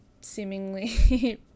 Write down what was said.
seemingly